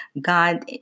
God